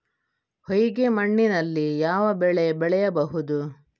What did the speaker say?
ಹೊಯ್ಗೆ ಮಣ್ಣಿನಲ್ಲಿ ಯಾವ ಬೆಳೆ ಬೆಳೆಯಬಹುದು?